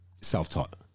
self-taught